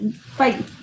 Fight